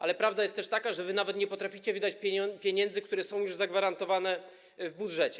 Ale prawda jest też taka, że wy nawet nie potraficie wydać pieniędzy, które są już zagwarantowane w budżecie.